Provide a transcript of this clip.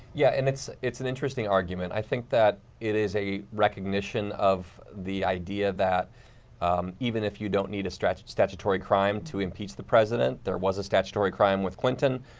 yeah and it's it's an interesting argument. i think that it is a recognition of the idea that even if you don't need a so statutory crime to impeach the president, there was a statutory crime with clinton.